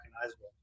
recognizable